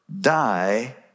die